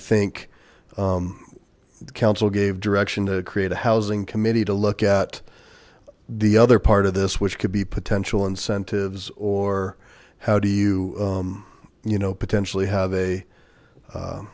think the council gave direction to create a housing committee to look at the other part of this which could be potential incentives or how do you you know potentially have a